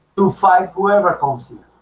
to fight whoever comes here